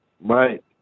Right